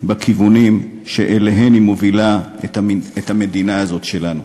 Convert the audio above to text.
בכיוונים שאליהם היא מובילה את המדינה הזאת שלנו.